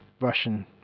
russian